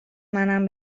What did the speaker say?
منم